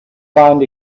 find